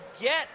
get